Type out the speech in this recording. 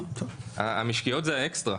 המשקיות זה האקסטרה.